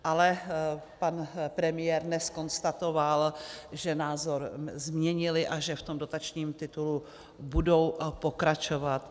Ale pan premiér dnes konstatoval, že názor změnili a že v tom dotačním titulu budou pokračovat.